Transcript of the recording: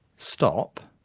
stop,